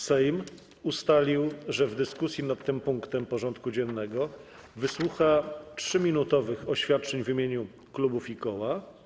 Sejm ustalił, że w dyskusji nad tym punktem porządku dziennego wysłucha 3-minutowych oświadczeń w imieniu klubów i koła.